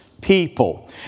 people